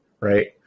right